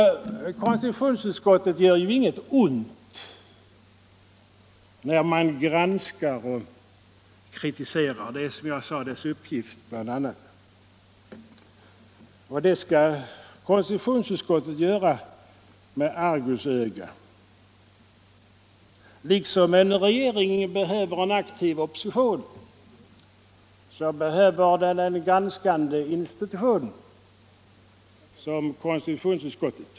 Konstitutionsutskottet gör ju inget ont när det granskar och kritiserar. Det är dess uppgift, och det skall utskottet göra med argusöga. Liksom en regering behöver en aktiv opposition behöver den en granskande institution som konstitutionsutskottet.